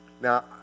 Now